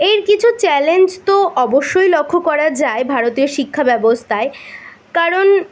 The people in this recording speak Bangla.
এর কিছু চ্যালেঞ্জ তো অবশ্যই লক্ষ্য করা যায় ভারতীয় শিক্ষা ব্যবস্থায় কারণ